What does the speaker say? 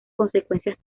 consecuencias